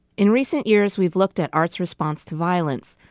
in recent years, we've looked at art's response to violence,